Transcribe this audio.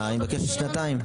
שנתיים.